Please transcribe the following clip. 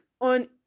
on